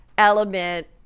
element